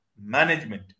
management